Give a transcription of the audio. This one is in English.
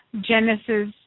Genesis